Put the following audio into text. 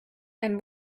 and